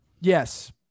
Yes